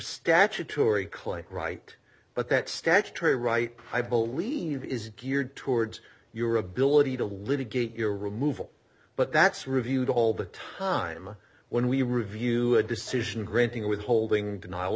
statutory claim right but that statutory right i believe is geared towards your ability to litigate your removal but that's reviewed all the time when we review a decision granting with holding den